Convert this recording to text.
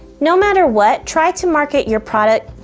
no matter what, try to market your product